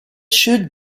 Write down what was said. should